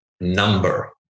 number